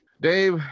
Dave